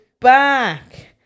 back